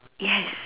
yes